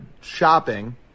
shopping